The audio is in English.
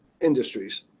industries